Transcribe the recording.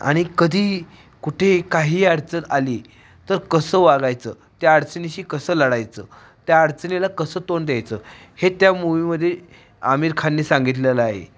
आणि कधीही कुठे काही अडचण आली तर कसं वागायचं त्या अडचणीशी कसं लढायचं त्या अडचणीला कसं तोंड द्यायचं हे त्या मूव्हीमध्ये आमिर खानने सांगितलेलं आहे